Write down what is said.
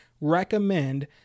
recommend